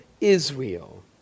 Israel